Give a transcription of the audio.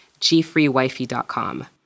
gfreewifey.com